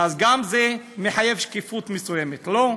אז גם זה מחייב שקיפות מסוימת, לא?